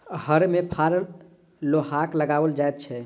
हर मे फार लोहाक लगाओल जाइत छै